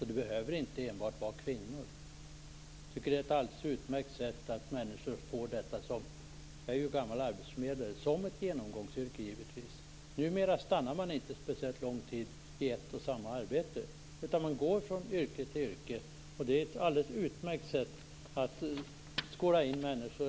Det behöver alltså inte bara vara kvinnor som gör det. Jag som är gammal arbetsförmedlare tycker att det här är ett alldeles utmärkt sätt att arbeta. En del har det givetvis som ett genomgångsyrke. Numera stannar man ju inte speciellt länge på ett och samma arbete, utan man går från yrke till yrke. Det är ett utmärkt sätt att skola in människor.